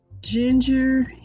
Ginger